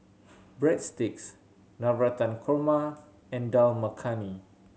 Breadsticks Navratan Korma and Dal Makhani